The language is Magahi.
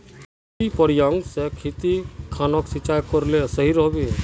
डिरिपयंऋ से खेत खानोक सिंचाई करले सही रोडेर?